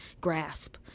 grasp